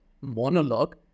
monologue